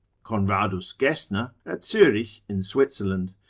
conradus gesner, at zurich in switzerland,